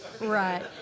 Right